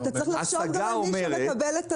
ומצד שני, אתה צריך לחשוב גם על מי שמקבל את הדוח.